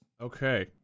Okay